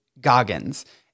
Goggins